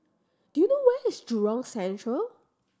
do you know where is Jurong Central